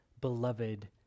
beloved